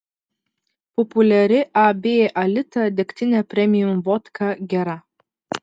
populiari ab alita degtinė premium vodka gera